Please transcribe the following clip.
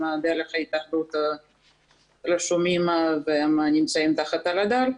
דרך ההתאחדות רשומים ונמצאים תחת הרדאר,